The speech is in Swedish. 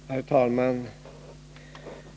Herr talman!